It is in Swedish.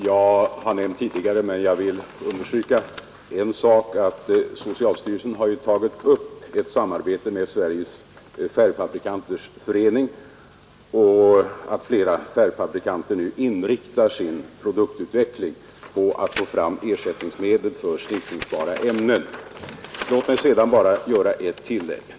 Herr talman! Jag vill understryka en sak som jag tidigare sagt, nämligen att socialstyrelsen har tagit upp ett samarbete med Sveriges färgfabrikanters förening, och flera färgfabrikanter inriktar nu sin produktutveckling på att få fram ersättningsmedel för sniffningsbara ämnen. Låt mig sedan bara göra ett tillägg.